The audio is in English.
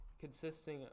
consisting